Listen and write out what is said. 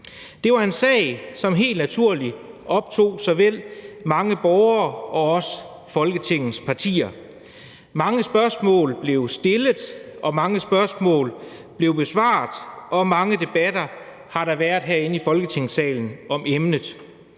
Det var en sag, som helt naturligt optog såvel mange borgere som Folketingets partier. Mange spørgsmål blev stillet, mange spørgsmål blev besvaret, og mange debatter har der været herinde i Folketingssalen om emnet.